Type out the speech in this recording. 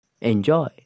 Enjoy